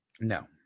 No